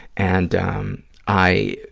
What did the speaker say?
and i,